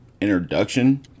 introduction